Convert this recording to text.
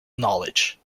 knowledge